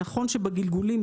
נכון שבגלגולים,